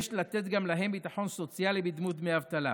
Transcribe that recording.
יש לתת גם להם ביטחון סוציאלי בדמות דמי אבטלה.